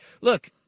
Look